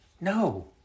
No